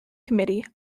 committee